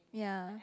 ya